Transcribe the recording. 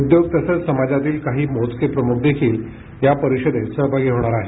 उद्योग तसंच समाजातील काही मोजके प्रमुख देखील या परिषदेत सहभागी होणार आहेत